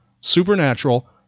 supernatural